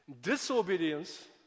Disobedience